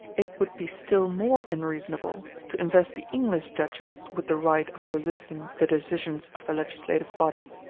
it would be still more unreasonable to invest the english judges with the right of resisting the decisions of the legislative body,